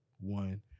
One